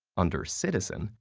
under citizen,